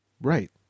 Right